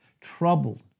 troubled